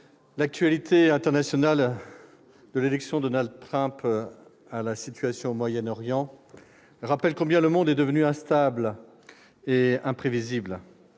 l'actualité internationale, depuis l'élection de Donald Trump jusqu'à la situation au Moyen-Orient, rappelle combien le monde est devenu instable et imprévisible.